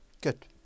good